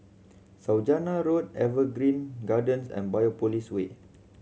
Saujana Road Evergreen Gardens and Biopolis Way